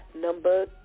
Number